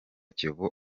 kiyovu